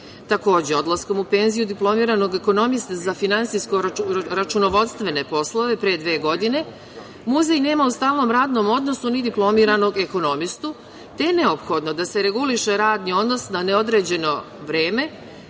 odlaskom u penziju diplomiranog ekonomiste za finansijsko-računovodstvene poslove pre dve godine, muzej nema u stalnom radnom odnosu ni diplomiranog ekonomistu, te je neophodno da se reguliše radni odnos na neodređeno vreme